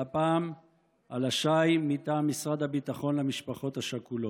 והפעם על השי מטעם משרד הביטחון למשפחות השכולות.